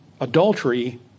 adultery